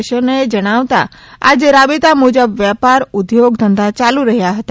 એ જણાવતા આજે રાબેતા મુજબ વેપાર ઉદ્યોગ ધંધા ચાલુ રહ્યા હતા